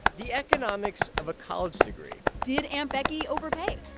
the economics of a college degree did aunt becky overpay?